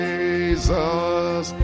Jesus